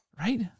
right